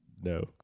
No